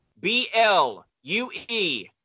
B-L-U-E